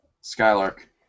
Skylark